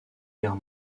guerre